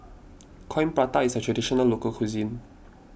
Coin Prata is a Traditional Local Cuisine